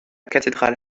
cathédrale